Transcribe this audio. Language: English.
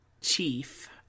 chief